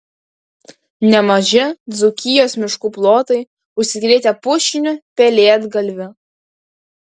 nemaži dzūkijos miškų plotai užsikrėtę pušiniu pelėdgalviu